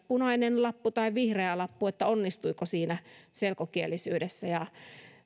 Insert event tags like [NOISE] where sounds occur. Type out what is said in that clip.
[UNINTELLIGIBLE] punaisella lapulla tai vihreällä lapulla onnistuiko siinä selkokielisyydessä